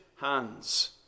hands